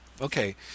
okay